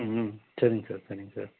ம் சரிங் சார் சரிங் சார்